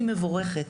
היא מבורכת.